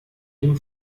dem